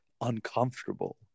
uncomfortable